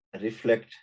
reflect